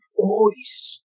voice